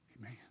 Amen